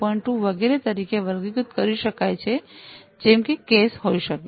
2 વગેરે તરીકે વર્ગીકૃત કરી શકાય છે જેમ કે કેસ હોઈ શકે